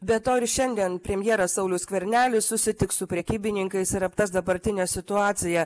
be to ir šiandien premjeras saulius skvernelis susitiks su prekybininkais ir aptars dabartinę situaciją